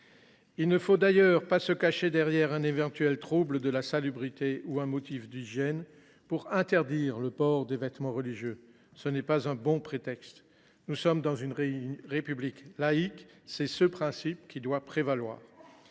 Il ne faut d’ailleurs pas se cacher derrière un éventuel trouble à la salubrité publique ou derrière un motif d’hygiène pour interdire le port des vêtements religieux : nous n’avons pas besoin de prétexte. Nous sommes dans une République laïque. C’est ce principe qui doit prévaloir.